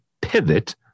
pivot